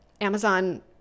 Amazon